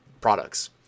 products